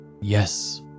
Yes